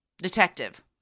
Detective